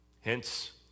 Hence